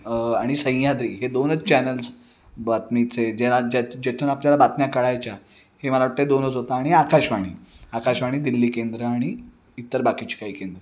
आणि सह्याद्री हे दोनच चॅनल्स बातमीचे जे ना जे जेथून आपल्याला बातम्या कळायच्या हे मला वाटतं आहे दोनच होतं आणि आकाशवाणी आकाशवाणी दिल्ली केंद्र आणि इतर बाकीची काही केंद्र